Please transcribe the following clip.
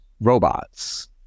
robots